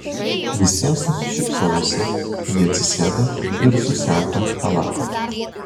visiems nusišypsojusi ji atsisėdo ir susisiautę chalatą